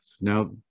now